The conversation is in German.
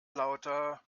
lauter